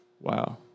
wow